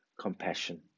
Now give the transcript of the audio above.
compassion